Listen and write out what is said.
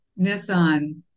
Nissan